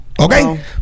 Okay